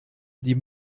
die